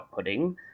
outputting